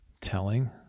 telling